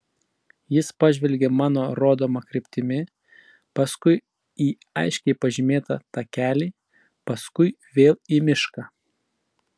jis pažvelgė mano rodoma kryptimi paskui į aiškiai pažymėtą takelį paskui vėl į mišką